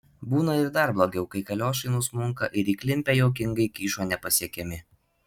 būna ir dar blogiau kai kaliošai nusmunka ir įklimpę juokingai kyšo nepasiekiami